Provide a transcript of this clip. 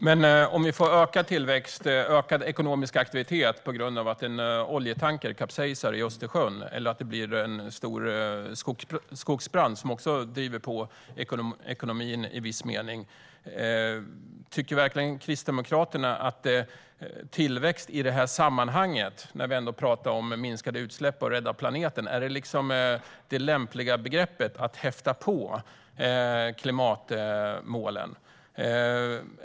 Herr talman! Men låt oss säga att vi får ökad tillväxt och ökad ekonomisk aktivitet på grund av att en oljetanker kapsejsar i Östersjön eller att det blir en stor skogsbrand som driver på ekonomin i viss mening! Tycker verkligen Kristdemokraterna att tillväxt i detta sammanhang, när vi pratar om att minska utsläpp och att rädda planeten, är det lämpliga begreppet att häfta på klimatmålen?